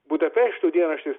budapešto dienraštis